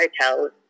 hotels